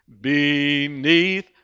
beneath